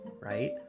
right